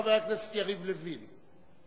חבר הכנסת יריב לוין.